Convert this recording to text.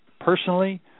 personally